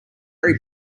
very